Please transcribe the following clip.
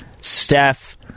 Steph